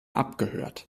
abgehört